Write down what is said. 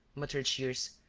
muttered shears.